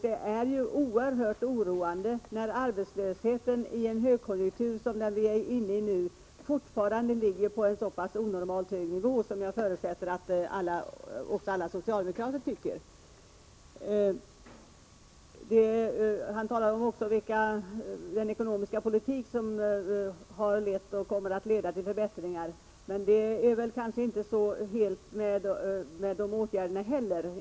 Det är mycket oroande när arbetslösheten i en högkonjunktur, som vi nu befinner oss i, fortfarande ligger på en onormalt hög nivå, vilket jag förutsätter att även alla socialdemokrater anser. Erik Johansson talade också om den ekonomiska politik som har lett och kommer att leda till förbättringar. Men dessa åtgärder är kanske inte så heltäckande.